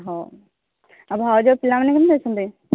ହଉ ଆଉ ଭାଉଜ ପିଲାମାନେ କେମିତି ଅଛନ୍ତି